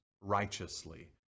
righteously